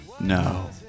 No